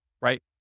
right